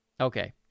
Okay